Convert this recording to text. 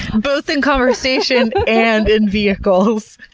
both in conversation and in vehicles.